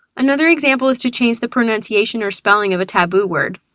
another example is to change the pronunciation or spelling of a taboo word.